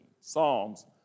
Psalms